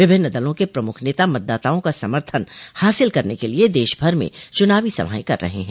विभिन्न दलों के प्रमुख नेता मतदाताओं का समर्थन हासिल करने के लिए देशभर में चुनावी सभाएं कर रहे ह